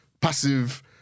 passive